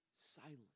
silent